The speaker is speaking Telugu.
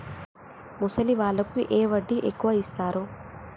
ముసలి వాళ్ళకు ఏ వడ్డీ ఎక్కువ ఇస్తారు?